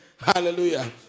Hallelujah